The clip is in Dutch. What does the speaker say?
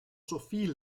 sofie